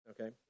okay